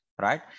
Right